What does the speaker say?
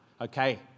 okay